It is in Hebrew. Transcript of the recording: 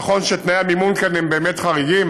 נכון שתנאי המימון כאן הם באמת חריגים,